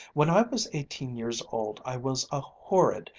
when i was eighteen years old i was a horrid,